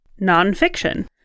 nonfiction